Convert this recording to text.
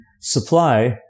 supply